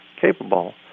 capable